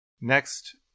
Next